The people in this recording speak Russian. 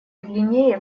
длиннее